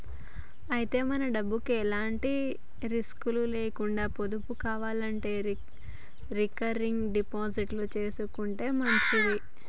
అయితే మన డబ్బుకు ఎలాంటి రిస్కులు లేకుండా పొదుపు కావాలంటే రికరింగ్ డిపాజిట్ చేసుకుంటే మంచిది